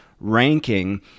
ranking